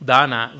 Dana